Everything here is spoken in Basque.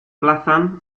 plazan